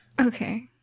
Okay